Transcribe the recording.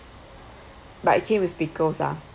but it came with pickles ah